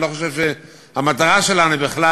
אני לא חושב שהמטרה שלנו היא בכלל